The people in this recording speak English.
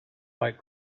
fight